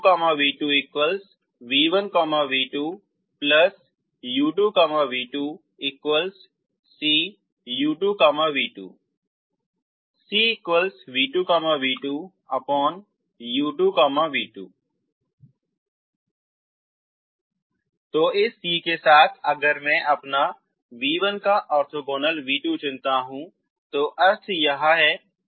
तो v2 आप इस फैशन में चुनते हैं v2v1cu2 ⇒ v2v2 v1v2cu2v2cu2v2 ⇒ cv2v2u2v2 तो इस c के साथ अगर मैं अपना v1 का ओर्थोगोनल v2 चुनता हूँ अर्थ यह है